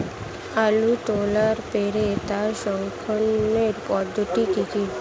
আলু তোলার পরে তার সংরক্ষণের পদ্ধতি কি কি?